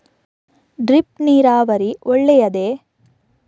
Drip ನೀರಾವರಿ ಒಳ್ಳೆಯದೇ?